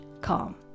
calm